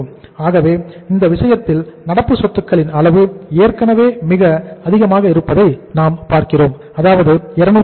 ஆகவே இந்த விஷயத்தில் நடப்பு சொத்துகளின் அளவு ஏற்கனவே மிக அதிகமாக இருப்பதை நாம் பார்க்கிறோம் அதாவது 280